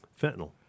fentanyl